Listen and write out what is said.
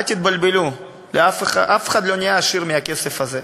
אל תתבלבלו, אף אחד לא נהיה עשיר מהכסף הזה,